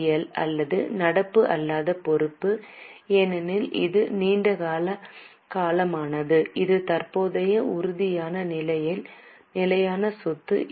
L அல்லது நடப்பு அல்லாத பொறுப்பு ஏனெனில் இது நீண்ட காலமானது இது தற்போதைய உறுதியான நிலையான சொத்து என்